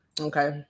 Okay